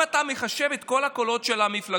אם אתה מחשב את כל הקולות של המפלגות